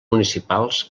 municipals